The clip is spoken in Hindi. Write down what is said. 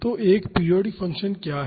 तो एक पीरियाडिक फंक्शन क्या है